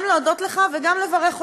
גם להודות לך וגם לברך אותך.